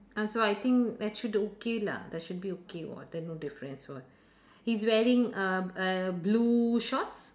uh so I think that should okay lah that should be okay [what] then no difference [what] he's wearing a a blue shorts